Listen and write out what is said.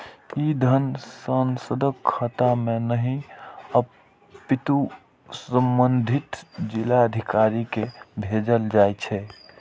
ई धन सांसदक खाता मे नहि, अपितु संबंधित जिलाधिकारी कें भेजल जाइ छै